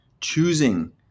choosing